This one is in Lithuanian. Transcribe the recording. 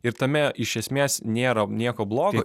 ir tame iš esmės nėra nieko blogo